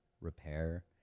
repair